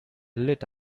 lit